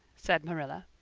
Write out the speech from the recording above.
said marilla.